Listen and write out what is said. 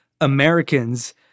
Americans